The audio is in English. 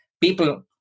people